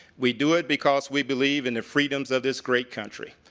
we do it because we believe in the freedoms of this great country.